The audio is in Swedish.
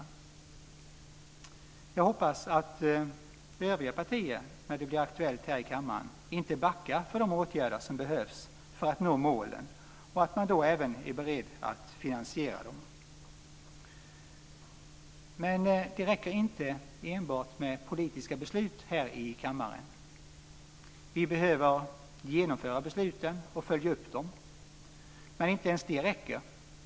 Jag hoppas att övriga partier när det blir aktuellt här i kammaren inte backar för de åtgärder som behövs för att nå målen och att man då även är beredd att finansiera dem. Men det räcker inte enbart med politiska beslut här i kammaren. Vi behöver genomföra besluten och följa upp dem. Men inte ens det räcker.